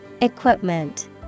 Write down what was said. Equipment